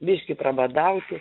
biškį prabadauti